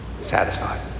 satisfied